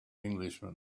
englishman